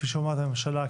כפי שאומרת הממשלה,